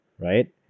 right